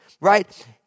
right